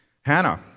Hannah